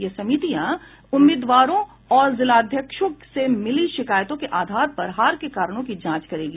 यह समितियां उम्मीदवारों और जिलाध्यक्षों से मिली शिकायतों के आधार पर हार के कारणों की जांच करेगी